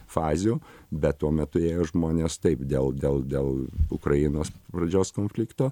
fazių bet tuo metu jei žmonės taip dėl dėl dėl ukrainos valdžios konflikto